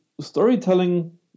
storytelling